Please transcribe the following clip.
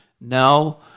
Now